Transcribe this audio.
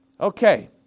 Okay